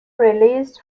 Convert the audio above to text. released